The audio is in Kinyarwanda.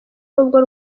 n’ubwo